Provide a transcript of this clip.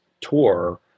tour